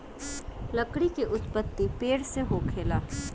लकड़ी के उत्पति पेड़ से होखेला